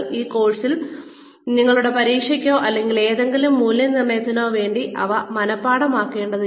ഈ കോഴ്സിൽ നിങ്ങളുടെ പരീക്ഷക്കൊ അല്ലെങ്കിൽ എന്തെങ്കിലും മൂല്യനിർണ്ണയത്തിനോ വേണ്ടി ഇവ മനഃപാഠമാക്കേണ്ടതില്ല